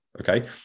Okay